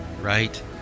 right